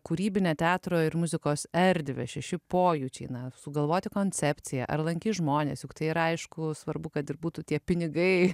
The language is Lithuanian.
kūrybine teatro ir muzikos erdvę šeši pojūčiai na sugalvoti koncepcija ar lankys žmonės juk tai ir aišku svarbu kad ir būtų tie pinigai